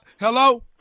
Hello